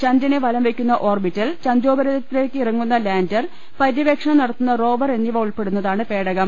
ചന്ദ്രനെ വല് ്വെയ്ക്കുന്ന ഓർബിറ്റൽ ചന്ദ്രോപരിതലത്തി ലേക്ക് ഇറങ്ങുന്നു ലാന്റർ പരൃവേക്ഷണം നടത്തുന്ന റോവർ എന്നിവ ഉൾപ്പെടുന്നതാണ് പേടകം